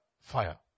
fire